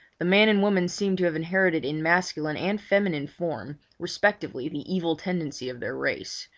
the man and woman seemed to have inherited in masculine and feminine form respectively the evil tendency of their race,